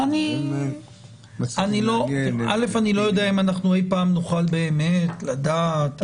אני לא יודע אם אי פעם נוכל באמת לדעת.